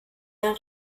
der